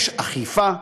יש אכיפה,